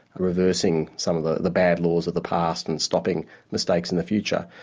reversing some of the the bad laws of the past and stopping mistakes in the future,